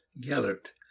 Gellert